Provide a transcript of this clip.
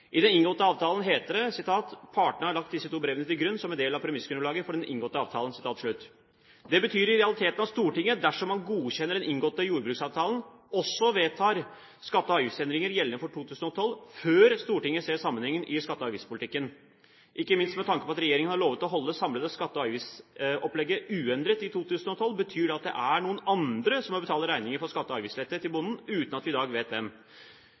I den inngåtte avtalen heter det: «Partene har lagt disse to brevene til grunn som en del av premissgrunnlaget for den inngåtte avtalen.» Det betyr i realiteten at Stortinget, dersom man godkjenner den inngåtte jordbruksavtalen, også vedtar skatte- og avgiftsendringer gjeldende for 2012 før Stortinget ser sammenhengen i skatte- og avgiftspolitikken. Ikke minst med tanke på at regjeringen har lovet å holde det samlede skatte- og avgiftsopplegget uendret i 2012, betyr det at det er noen andre som må betale regningen for skatte- og avgiftslette til bonden, uten at vi i dag vet